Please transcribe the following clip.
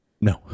No